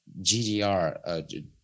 gdr